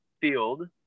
field